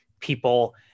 people